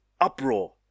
uproar